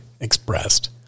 expressed